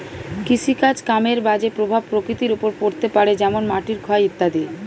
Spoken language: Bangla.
কৃষিকাজ কামের বাজে প্রভাব প্রকৃতির ওপর পড়তে পারে যেমন মাটির ক্ষয় ইত্যাদি